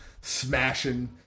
smashing